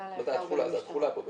זה התחולה פה בעצם.